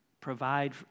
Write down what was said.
provide